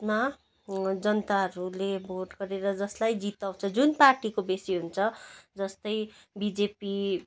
त्यसमा जनताहरूले भोट गरेर जसलाई जिताउँछ जुन पार्टीको बेसी हुन्छ जस्तो बिजेपी